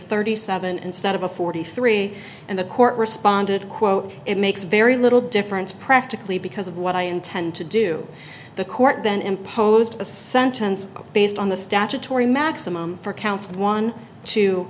thirty seven instead of a forty three and the court responded quote it makes very little difference practically because of what i intend to do the court then imposed a sentence based on the statutory maximum for counts one two